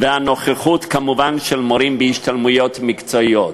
והנוכחות כמובן של מורים בהשתלמויות מקצועיות.